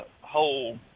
whole